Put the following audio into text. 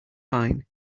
fine